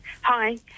Hi